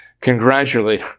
congratulate